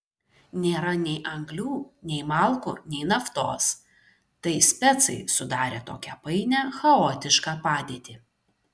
nėra nei anglių nei malkų nei naftos tai specai sudarė tokią painią chaotišką padėtį